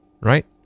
right